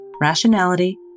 rationality